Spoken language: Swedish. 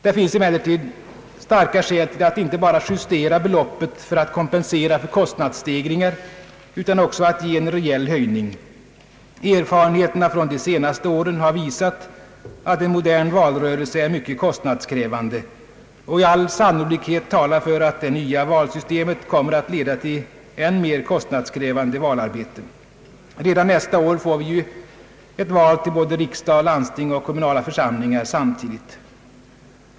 Det finns emellertid starka skäl till att inte bara justera beloppen för att kompensera för kostnadsstegringar utan också att ge en reell höjning. Erfarenheterna från de senaste åren har visat, att en modern valrörelse är mycket kostnadssträvande, och all sannolikhet talar för att det nya valsystemet kommer att leda till än mer kostnadskrävande valarbete. Redan nästa år får vi ju ett val till både riksdag, landsting och kommunala församlingar samtidigt.